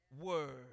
word